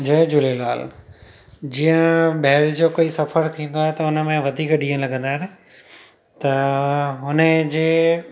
जय झूलेलाल जीअं ॿाहिरि जो कोई सफ़रु थींदो आहे त हुनमें वधीक ॾींहुं लॻंदा आहिनि त हुन जे